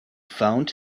found